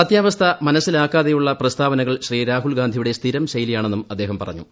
സത്യാവസ്ഥ മനസ്സിലാക്കാതെയുള്ള പ്രസ്താവനകൾ ശ്രീ രാഹുൽ ഗാന്ധിയുടെ സ്ഥിരം ശൈലിയാണെന്നും അദ്ദേഹം പറഞ്ഞു